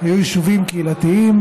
היו יישובים קהילתיים,